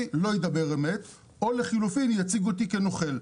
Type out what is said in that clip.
לא ידבר אמת או לחלופין יציג אותי כנוכל.